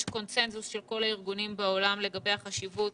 יש קונצנזוס של כל הגורמים בעולם לגבי החשיבות